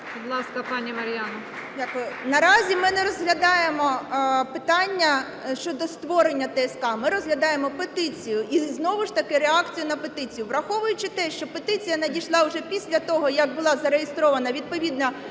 Наразі ми не розглядаємо питання щодо створення ТСК, ми розглядаємо петицію і знову ж таки, реакцію на петицію. Враховуючи те, що петиція надійшла вже після того, як була зареєстрована відповідна постанова